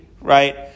right